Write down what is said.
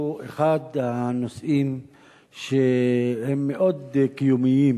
הוא אחד הנושאים שהם מאוד קיומיים.